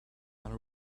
and